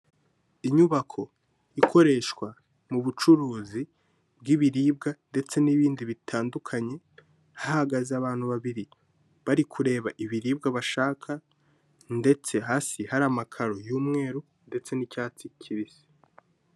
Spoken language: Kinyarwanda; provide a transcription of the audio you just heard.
Inyubako ikoreshwa mu bucuruzi bw'ibiribwa ndetse n'ibindi bitandukanye, hahagaze abantu babiri bari kureba ibiribwa bashaka, ndetse hasi hari amakaro y'umweru ndetse n'icyatsi kibisi.